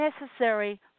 necessary